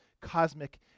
cosmic